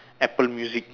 apple music